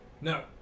No